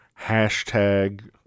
hashtag